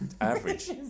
average